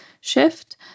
shift